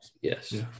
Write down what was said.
yes